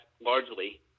largely